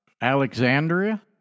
Alexandria